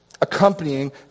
accompanying